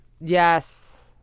Yes